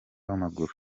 w’amaguru